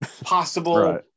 possible